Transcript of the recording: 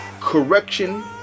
correction